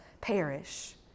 perish